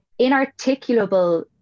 inarticulable